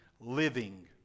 living